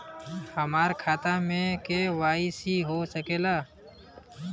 हमार खाता में के.वाइ.सी हो सकेला?